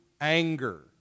anger